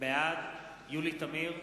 בעד יולי תמיר,